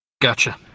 Gotcha